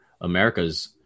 Americas